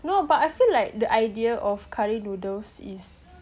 no but I feel like the idea of curry noodles is